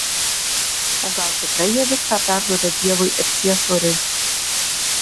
o gal tikrai jie viską perduoda dievui ir ciesoriui